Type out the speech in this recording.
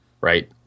Right